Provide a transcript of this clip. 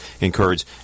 encourage